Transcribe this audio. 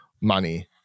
money